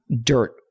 dirt